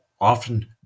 often